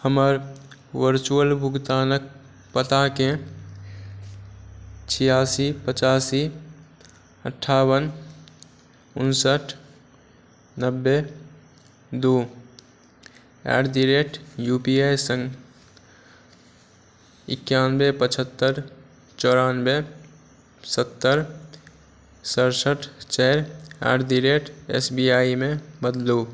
हमर वरचुअल भुगतानक पताकेँ छियासी पचासी अन्ठाबन उनसठि नब्बे दू at the rate U P I सँ एकान्बे पचहत्तर चोरानबे सत्तर सड़सठि चारि at the rate S B I मे बदलू